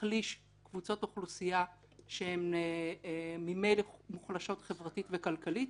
מחליש קבוצות אוכלוסיה שהן ממלא מוחלשות חברתית וכלכלית.